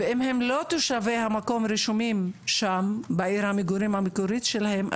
ואם הם לא תושבי המקום רשומים שם בעיר המגורים המקורית שלהם,